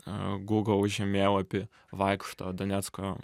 a google žemėlapį vaikšto donecko